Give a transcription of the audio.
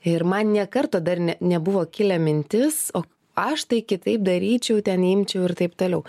ir man nė karto dar ne nebuvo kilę mintis o aš tai kitaip daryčiau ten imčiau ir taip toliau